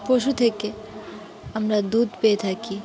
পশু থেকে আমরা দুধ পেয়ে থাকি